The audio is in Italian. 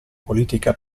politica